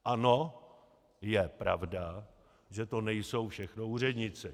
Ano, je pravda, že to nejsou všechno úředníci.